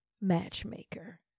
matchmaker